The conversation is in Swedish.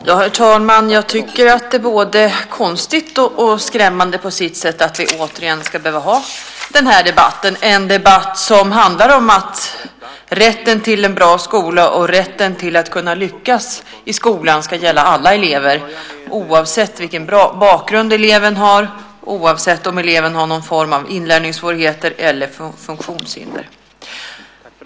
Herr talman! Jag tycker att det är både konstigt och på sitt sätt skrämmande att vi återigen ska behöva ha den här debatten - en debatt om rätten till en bra skola och rätten för alla elever att lyckas i skolan. Den rätten ska finnas oavsett vilken bakgrund eleven har och oavsett om eleven har någon form av inlärningssvårigheter eller funktionshinder.